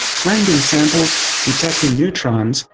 grinding samples, detecting neutrons,